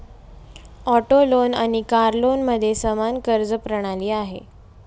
auto loan आणि car लोनमध्ये समान कर्ज प्रणाली आहे